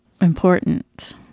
important